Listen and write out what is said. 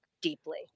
deeply